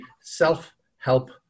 self-help